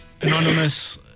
Anonymous